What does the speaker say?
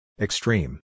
Extreme